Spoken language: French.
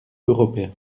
européen